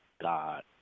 God